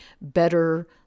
better